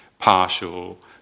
partial